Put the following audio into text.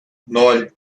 ноль